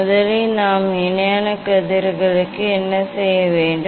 முதலில் நாம் இணையான கதிர்களுக்கு என்ன செய்ய வேண்டும்